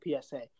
PSA